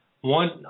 One